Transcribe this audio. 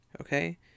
Okay